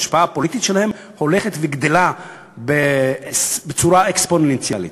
ההשפעה הפוליטית שלהן הולכת וגדלה בצורה אקספוננציאלית,